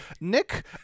Nick